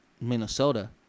Minnesota